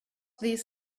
these